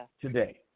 today